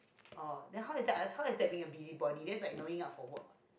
oh then how is that how is that being a busybody that's like knowing out for work